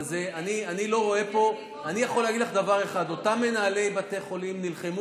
אני יכול להגיד לך דבר אחד: אותם מנהלי בתי חולים נלחמו